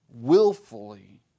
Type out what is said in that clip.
willfully